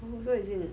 oh so is it